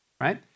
Right